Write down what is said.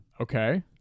Okay